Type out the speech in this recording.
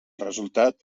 resultat